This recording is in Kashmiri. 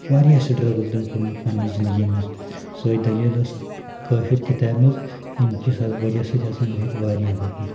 واریاہ سٹرگٕل تٔمۍ کوٚرمُت پننہِ زندگی منٛز سۄے دٔلیٖل ٲسۍ اَتھ کٲشِر کِتابہِ منٛز ییٚمہِ کہِ وجہ سۭتۍ ہسا مےٚ ہیٚتۍ واریاہ وَدُن